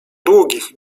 długich